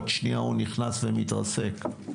עוד שנייה נכנס ומתרסק.